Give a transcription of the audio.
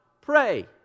Pray